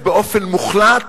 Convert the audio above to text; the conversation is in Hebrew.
באופן מוחלט